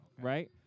Right